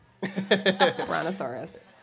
brontosaurus